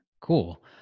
Cool